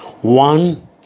One